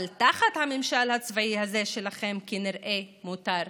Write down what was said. אבל תחת הממשל הצבאי הזה שלכם כנראה מותר הכול.